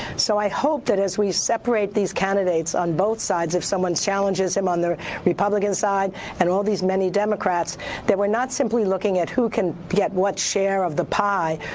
so i hope that as we separate these candidates on both sides, if someone challenges him on the republican side and all these many democrats that we're not simply looking at who can get what share of the pie,